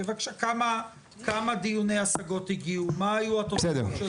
כמה דיוני השגות הגיעו, מה היו התוכניות.